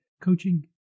coaching